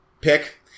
pick